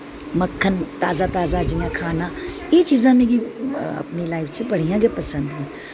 मक्खन ताजा ताजा जि'यां खाना एह् चीजां मिगी अपनी लाइफ च बड़ियां गै पसंद न